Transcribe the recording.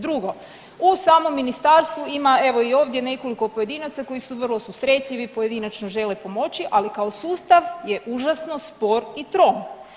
Drugo u samom ministarstvu ima evo i ovdje nekoliko pojedinaca koji su vrlo susretljivi, pojedinačno žele pomoći, ali kao sustav je užasno spor i trom.